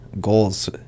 goals